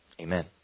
Amen